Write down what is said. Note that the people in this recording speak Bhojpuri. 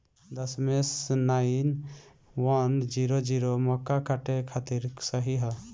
दशमेश नाइन वन जीरो जीरो मक्का काटे खातिर सही ह?